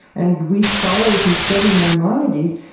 and we scholars who study maimonides,